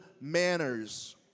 manners